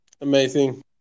amazing